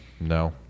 No